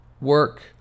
work